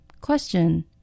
Question